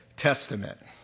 Testament